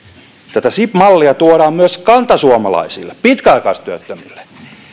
tätä sib mallia tuodaan myös kantasuomalaisille pitkäaikaistyöttömille